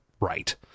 right